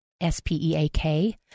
S-P-E-A-K